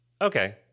Okay